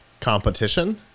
competition